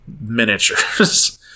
miniatures